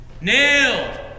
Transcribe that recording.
nailed